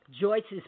Joyce's